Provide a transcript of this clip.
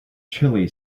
chilli